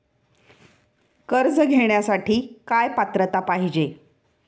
कर्ज घेण्यासाठी काय पात्रता पाहिजे?